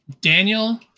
Daniel